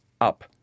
up